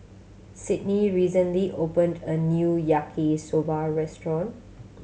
Sydney recently opened a new Yaki Soba restaurant